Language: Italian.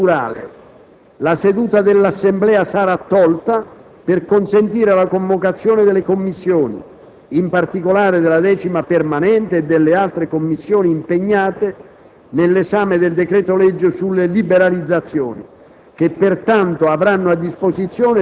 Esaurita tale fase procedurale, la seduta dell'Assemblea sarà tolta per consentire la convocazione delle Commissioni, in particolare della 10a Commissione permanente e delle altre Commissioni impegnate nell'esame del decreto-legge sulle liberalizzazioni,